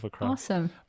awesome